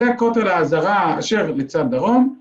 ‫זה כותל העזרה אשר מצד דרום.